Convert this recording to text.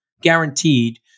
Guaranteed